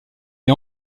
est